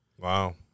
Wow